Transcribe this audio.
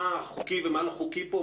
מה חוקי ומה לא חוקי פה?